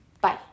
Bye